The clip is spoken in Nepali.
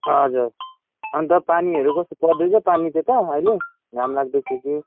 हजुर अन्त पानीहरू कस्तो पर्दैछ पानी त्यता अहिले घाम लाग्दैछ कि